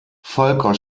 volker